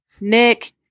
Nick